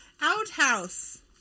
outhouse